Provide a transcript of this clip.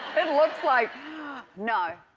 it looks like no.